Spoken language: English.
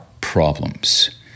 problems